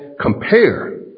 compare